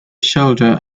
shoulder